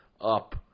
up